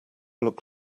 look